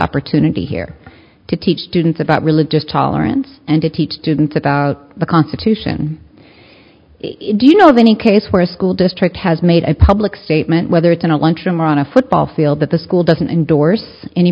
opportunity here to teach students about religious tolerance and to teach students about the constitution do you know of any case where a school district has made a public statement whether it's an election on a football field that the school doesn't endorse any